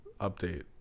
update